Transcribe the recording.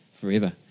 forever